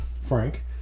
Frank